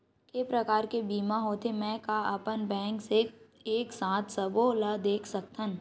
के प्रकार के बीमा होथे मै का अपन बैंक से एक साथ सबो ला देख सकथन?